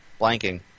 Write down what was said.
blanking